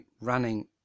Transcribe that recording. running